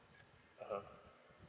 (uh huh)